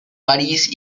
país